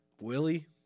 Willie